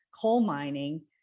coal-mining